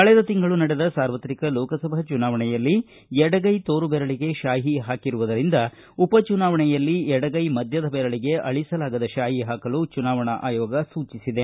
ಕಳೆದ ತಿಂಗಳು ನಡೆದ ಸಾರ್ವತ್ರಿಕ ಲೋಕಸಭಾ ಚುನಾವಣೆಯಲ್ಲಿಎಡಗೈತೋರು ಬೆರಳಗೆ ಶಾಹಿ ಪಾಕಿರುವದರಿಂದ ಉಪಚುನಾವಣೆಯಲ್ಲಿಎಡಗ್ಯೆ ಮಧ್ಯದ ಬೆರಳಿಗೆ ಅಳಿಸಲಾಗದ ಶಾಹಿ ಹಾಕಲು ಚುನಾವಣಾ ಆಯೋಗ ಸೂಚಿಸಿದೆ